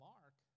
Mark